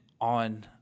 on